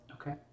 Okay